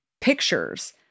pictures